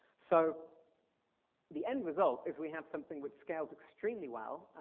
so the end result is we have something which scales extremely well,